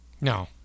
No